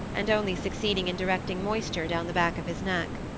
and only succeeding in directing moisture down the back of his neck.